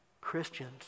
Christians